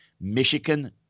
Michigan